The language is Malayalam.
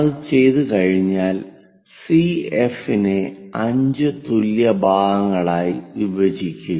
അത് ചെയ്തുകഴിഞ്ഞാൽ സിഎഫി നെ 5 തുല്യ ഭാഗങ്ങളായി വിഭജിക്കുക